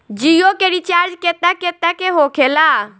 जियो के रिचार्ज केतना केतना के होखे ला?